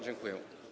Dziękuję.